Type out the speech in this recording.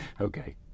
Okay